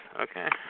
Okay